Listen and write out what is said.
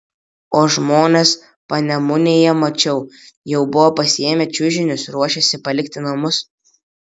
o žmonės panemunėje mačiau jau buvo pasiėmę čiužinius ruošėsi palikti namus